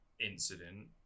incident